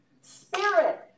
Spirit